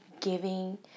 giving